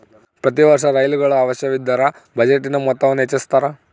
ಪ್ರತಿ ವರ್ಷ ಹೊಸ ರೈಲುಗಳ ಅವಶ್ಯವಿದ್ದರ ಬಜೆಟಿನ ಮೊತ್ತವನ್ನು ಹೆಚ್ಚಿಸುತ್ತಾರೆ